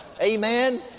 Amen